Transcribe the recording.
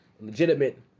legitimate